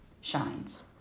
shines